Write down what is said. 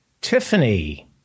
Tiffany